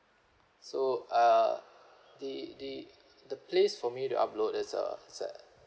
so uh the the the place for me to upload is uh is there